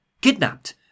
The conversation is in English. kidnapped